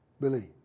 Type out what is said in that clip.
believe